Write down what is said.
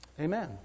Amen